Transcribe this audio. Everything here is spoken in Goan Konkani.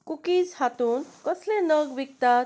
कुकीज हातूंत कसले नग विकतात